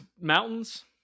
mountains